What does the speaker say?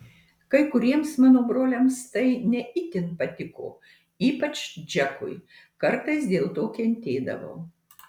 kai kuriems mano broliams tai ne itin patiko ypač džekui kartais dėl to kentėdavau